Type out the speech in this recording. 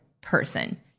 person